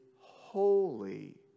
holy